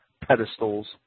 pedestals